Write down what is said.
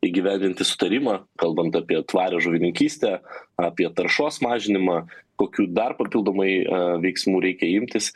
įgyvendinti sutarimą kalbant apie tvarią žuvininkystę apie taršos mažinimą kokių dar papildomai veiksmų reikia imtis